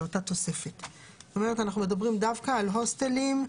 אנחנו מדברים דווקא על הוסטלים.